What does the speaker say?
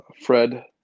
Fred